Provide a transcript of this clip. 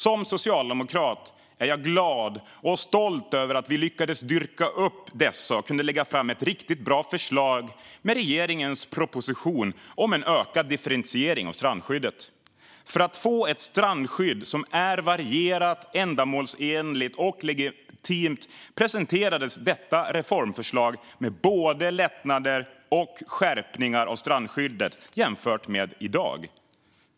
Som socialdemokrat är jag glad och stolt över att vi lyckades dyrka upp dessa och kunde lägga fram ett riktigt bra förslag med regeringens proposition om en ökad differentiering av strandskyddet. För att få ett strandskydd som är varierat, ändamålsenligt och legitimt presenterades detta reformförslag med både lättnader och skärpningar av strandskyddet jämfört med i dag.